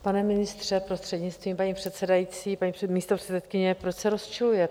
Pane ministře, prostřednictvím paní předsedající, paní místopředsedkyně, proč se rozčilujete?